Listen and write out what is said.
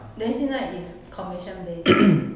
then 现在 is commission based